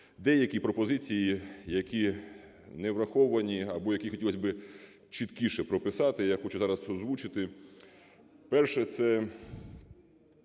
Деякі пропозиції, які не враховані, або які хотілось би чіткіше прописати, я хочу зараз озвучити. Перше – це